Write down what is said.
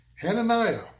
Hananiah